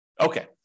Okay